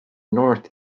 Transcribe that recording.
north